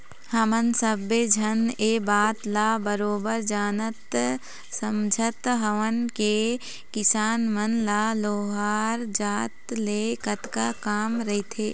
हमन सब्बे झन ये बात ल बरोबर जानत समझत हवन के किसान मन ल लोहार जात ले कतका काम रहिथे